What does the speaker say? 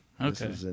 okay